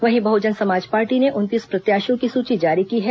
वहीं बहुजन समाज पार्टी ने उनतीस प्रत्याशियों की सुची जारी की है